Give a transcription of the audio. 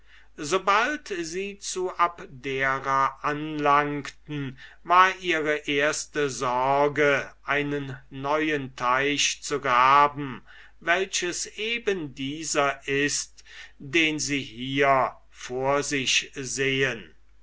sobald sie zu abdera anlangten war ihre erste sorge einen neuen teich zu graben welches eben dieser ist den sie hier vor sich sehen